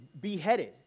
beheaded